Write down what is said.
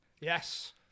Yes